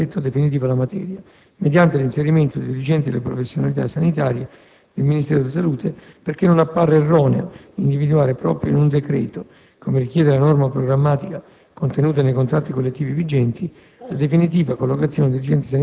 Un tale provvedimento sembra lo strumento più adatto per dare l'assetto definitivo alla materia, mediante l'inserimento dei dirigenti delle professionalità sanitarie del Ministero della salute, perché non appare erroneo individuare proprio in un decreto, come richiede la norma programmatica